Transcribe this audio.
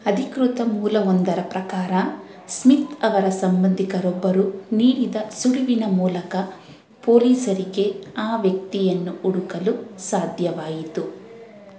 ಅಧಿಕೃತ ಮೂಲವೊಂದರ ಪ್ರಕಾರ ಸ್ಮಿತ್ ಅವರ ಸಂಬಂಧಿಕರೊಬ್ಬರು ನೀಡಿದ ಸುಳಿವಿನ ಮೂಲಕ ಪೊಲೀಸರಿಗೆ ಆ ವ್ಯಕ್ತಿಯನ್ನು ಹುಡುಕಲು ಸಾಧ್ಯವಾಯಿತು